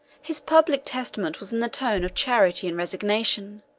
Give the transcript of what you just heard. his public testament was in the tone of charity and resignation